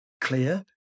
clear